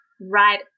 right